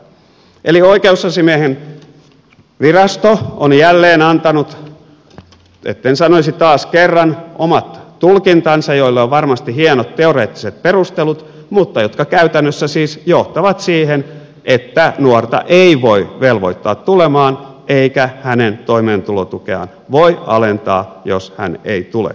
eli oikeusasiamiehen virasto on jälleen antanut etten sanoisi taas kerran omat tulkintansa joille on varmasti hienot teoreettiset perustelut mutta jotka käytännössä siis johtavat siihen että nuorta ei voi velvoittaa tulemaan eikä hänen toimeentulotukeaan voi alentaa jos hän ei tule